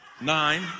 nine